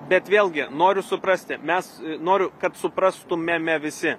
bet vėlgi noriu suprasti mes noriu kad suprastumėme visi